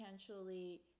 potentially